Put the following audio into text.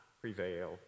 prevail